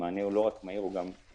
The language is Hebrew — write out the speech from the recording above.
המענה הוא לא רק מהיר, הוא גם משמעותי,